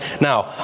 Now